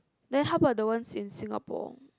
then how about the ones in Singapore